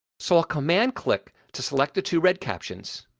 so i'll command click to select the to read captions.